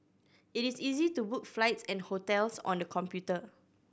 it is easy to book flights and hotels on the computer